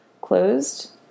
closed